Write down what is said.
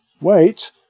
wait